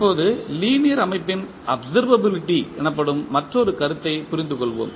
இப்போது லீனியர் அமைப்பின் அப்சர்வபிலிட்டி எனப்படும் மற்றொரு கருத்தை புரிந்து கொள்வோம்